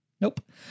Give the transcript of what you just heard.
Nope